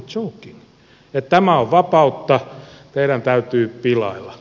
ja tämä on vapautta teidän täytyy pilailla